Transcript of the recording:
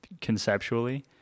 conceptually